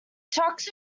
trucks